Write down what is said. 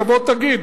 תבוא תגיד.